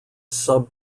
sub